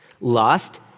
Lust